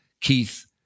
Keith